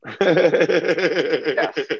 Yes